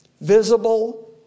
Visible